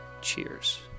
Cheers